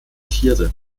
tiere